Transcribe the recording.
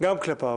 גם כלפיו.